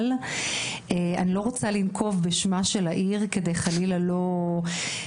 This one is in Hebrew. אבל אני לא רוצה לנקוב בשמה של העיר כדי חלילה לא לפגוע,